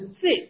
sit